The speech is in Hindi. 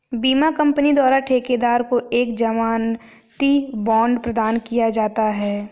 बीमा कंपनी द्वारा ठेकेदार को एक जमानती बांड प्रदान किया जाता है